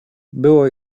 było